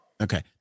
Okay